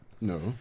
No